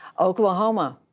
oklahoma,